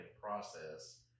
process